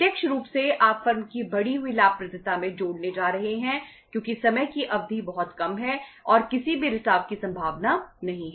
प्रत्यक्ष रूप से आप फर्म की बढ़ी हुई लाभप्रदता में जोड़ने जा रहे हैं क्योंकि समय की अवधि बहुत कम है और किसी भी रिसाव की संभावना नहीं है